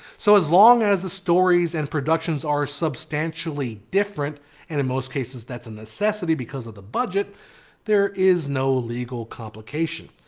so as long as the stories and productions are substantially different and in most cases that's a necessity because of budget there is no legal complications.